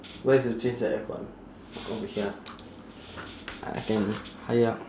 where to change the aircon oh ya I can higher up